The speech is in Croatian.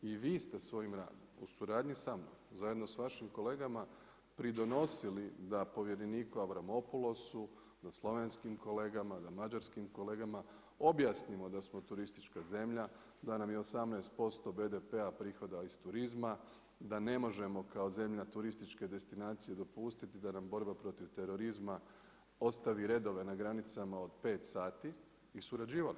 I vi ste svojim radom u suradnji zajedno sa vašim kolegama pridonosili da povjereniku Avramopoulosu, da slovenskim kolegama, da mađarskim kolegama objasnimo da smo turistička zemlja, da nam je 18% BDP-a prihoda iz turizma, da ne možemo kao zemlja turističke destinacije dopustiti da nam borba protiv terorizma ostavi redove na granicama od pet sati i surađivati.